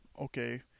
okay